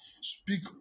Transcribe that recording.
Speak